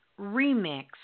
Remix